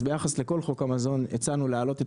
אז ביחס לכל חוק המזון הצענו להעלות את